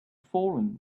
fallen